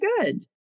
good